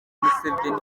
museveni